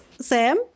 Sam